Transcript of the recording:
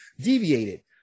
deviated